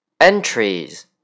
entries